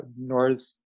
North